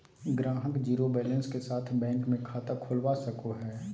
ग्राहक zero balance के साथ बैंक मे खाता खोलवा सको हय